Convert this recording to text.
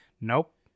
nope